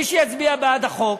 מי שיצביע בעד החוק,